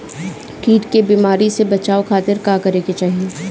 कीट के बीमारी से बचाव के खातिर का करे के चाही?